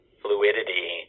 fluidity